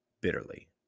bitterly